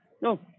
No